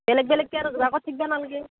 বেলেগ বেলেগকে আৰু যোগাৰ কৰি থাকিব নালাগে